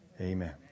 amen